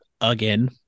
again